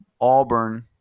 Auburn